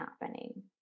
happening